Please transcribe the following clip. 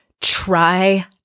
try